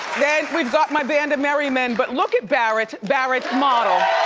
then we've got my band of merry men, but look at barrett, barret, model.